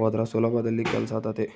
ಹೋದ್ರ ಸುಲಭದಲ್ಲಿ ಕೆಲ್ಸಾತತೆ